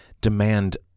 demand